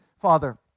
Father